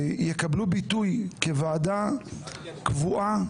יקבלו ביטוי כוועדה קבועה,